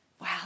wow